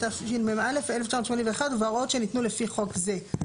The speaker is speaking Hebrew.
(התשמ"א-1981 ובהוראות שניתנו לפי חוק זה)'.